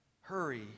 Hurry